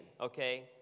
okay